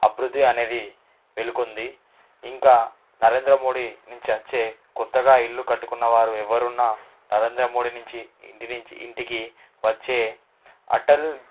అభివృద్ధి అనేది వెలుకుంది ఇంకా నరేంద్రమోడీ నుంచి అచ్చే కొత్తగా ఇల్లు కట్టుకున్నవారు ఎవ్వరున్నా నరేంద్రమోడీ నుంచి ఇంటి నుంచి ఇంటికి వచ్చే అటల్